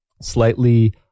slightly